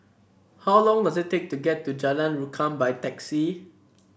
how long does it take to get to Jalan Rukam by taxi